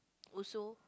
also